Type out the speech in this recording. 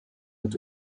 mit